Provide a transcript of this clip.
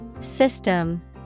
System